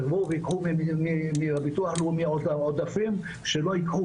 שייקחו מהביטוח הלאומי עודפים, אבל לא מהנשים.